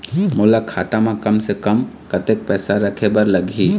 मोला खाता म कम से कम कतेक पैसा रखे बर लगही?